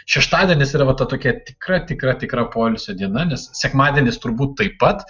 šeštadienis yra va tokia tikra tikra tikra poilsio diena nes sekmadienis turbūt taip pat